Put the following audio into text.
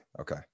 Okay